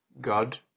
God